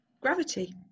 Gravity